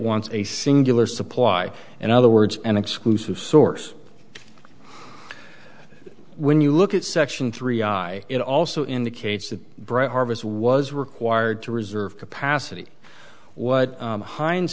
wants a singular supply and other words an exclusive source when you look at section three i it also indicates that bread harvest was required to reserve capacity what